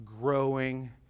growing